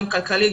גם כלכלית,